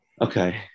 Okay